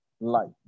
life